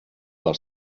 del